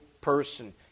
person